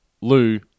Lou